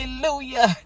Hallelujah